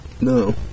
No